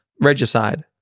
Regicide